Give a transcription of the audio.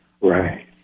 Right